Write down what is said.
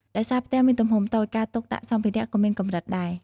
ដោយសារផ្ទះមានទំហំតូច ការទុកដាក់សម្ភារៈក៏មានកម្រិតដែរ។